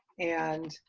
and